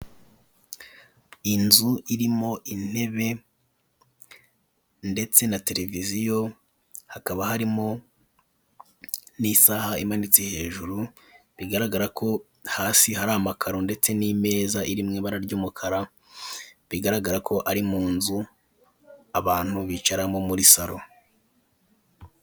Inzu irimo intebe ndetse na televiziyo, hakaba harimo n'isaha imanitse hejuru, bigaragara ko hasi hari amakaro ndetse n'imeza iri mw'ibara ry'umukara. Bigaragara ko ari mu nzu, abantu bicaramo muri salo.